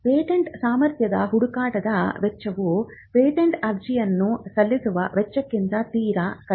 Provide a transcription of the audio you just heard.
patent ಸಾಮರ್ಥ್ಯದ ಹುಡುಕಾಟದ ವೆಚ್ಚವು ಪೇಟೆಂಟ್ ಅರ್ಜಿಯನ್ನು ಸಲ್ಲಿಸುವ ವೆಚ್ಚಕ್ಕಿಂತ ತೀರಾ ಕಡಿಮೆ